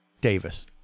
Davis